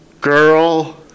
Girl